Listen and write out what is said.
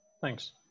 Thanks